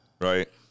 right